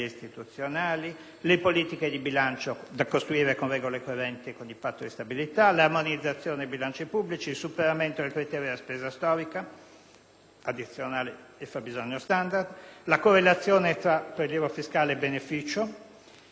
le politiche di bilancio da costruire con regole coerenti con il Patto di stabilità, l'armonizzazione dei bilanci pubblici, il superamento del criterio della spesa storica (addizionale e fabbisogno standard), la correlazione tra prelievo fiscale e beneficio,